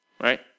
right